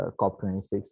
COP26